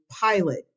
pilot